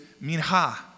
minha